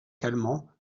calmant